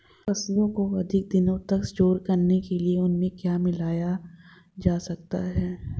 फसलों को अधिक दिनों तक स्टोर करने के लिए उनमें क्या मिलाया जा सकता है?